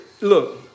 Look